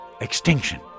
Extinction